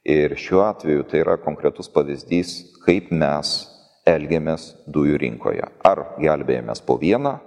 ir šiuo atveju tai yra konkretus pavyzdys kaip mes elgiamės dujų rinkoje ar gelbėjamės po vieną